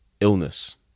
illness